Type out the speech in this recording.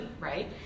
right